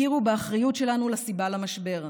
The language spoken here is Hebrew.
הכירו באחריות שלנו לסיבה למשבר,